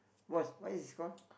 what's what is it call